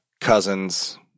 Cousins